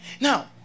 Now